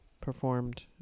performed